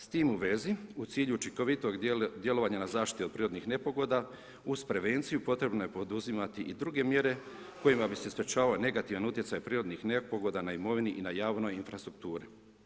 S tim u vezi, u cilju učinkovitog djelovanja na zaštitu od prirodnih nepogoda, uz prevenciju, potrebno je poduzimati i druge mjere kojima bi se sprječavao negativan utjecaj prirodnih nepogoda na imovini i na javnoj infrastrukturi.